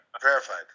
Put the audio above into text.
Verified